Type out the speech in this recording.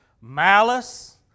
malice